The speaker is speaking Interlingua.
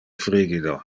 frigido